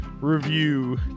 review